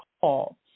call